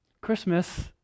Christmas